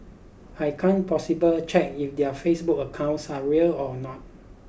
I can't possibly check if their Facebook accounts are real or not